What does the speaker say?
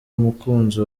umukunzi